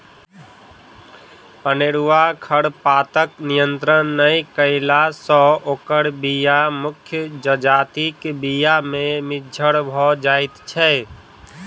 अनेरूआ खरपातक नियंत्रण नै कयला सॅ ओकर बीया मुख्य जजातिक बीया मे मिज्झर भ जाइत छै